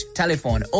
telephone